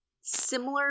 similar